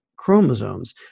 chromosomes